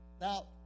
Now